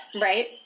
Right